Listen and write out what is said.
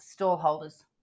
storeholders